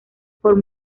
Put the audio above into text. por